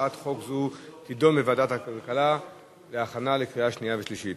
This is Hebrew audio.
הצעת חוק זו תידון בוועדת הכלכלה להכנה לקריאה שנייה ושלישית.